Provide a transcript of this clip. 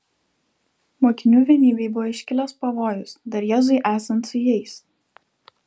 mokinių vienybei buvo iškilęs pavojus dar jėzui esant su jais